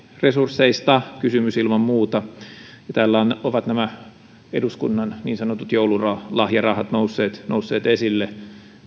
resursseista kysymys ilman muuta täällä ovat nämä niin sanotut eduskunnan joululahjarahat nousseet nousseet esille